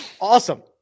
Awesome